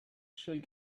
should